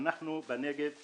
אנחנו בנגב במצוקה.